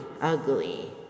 ugly